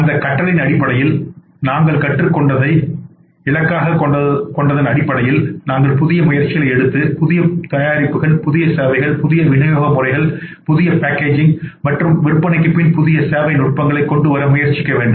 அந்த கற்றலின் அடிப்படையில் நாங்கள் கற்றுக்கொண்டதை இலக்காகக் கொண்டதன் அடிப்படையில் நீங்கள் புதிய முயற்சிகளை எடுத்து புதிய தயாரிப்புகள் புதிய சேவைகள் புதிய விநியோக முறை புதிய பேக்கேஜிங் மற்றும் விற்பனைக்குப் பின் புதிய சேவை நுட்பங்களை கொண்டு வர முயற்சிக்க வேண்டும்